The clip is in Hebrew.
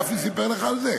גפני סיפר לך על זה?